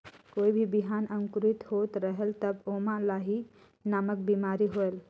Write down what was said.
कोई भी बिहान अंकुरित होत रेहेल तब ओमा लाही नामक बिमारी होयल?